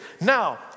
Now